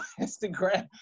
Instagram